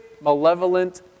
malevolent